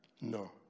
No